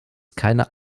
keine